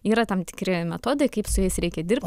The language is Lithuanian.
yra tam tikri metodai kaip su jais reikia dirbt